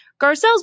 Garcelle's